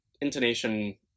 Intonation